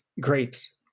grapes